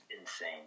insane